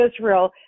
Israel